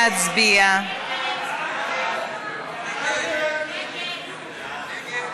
ההצעה להסיר מסדר-היום את הצעת חוק גיל פרישה (תיקון,